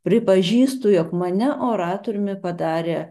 pripažįstu jog mane oratoriumi padarė